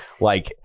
Like-